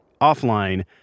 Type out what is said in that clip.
offline